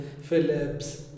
Phillips